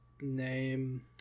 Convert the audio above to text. name